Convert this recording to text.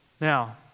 Now